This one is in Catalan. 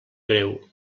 greu